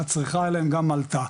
שהצריכה אליהם גם עלתה.